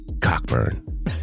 Cockburn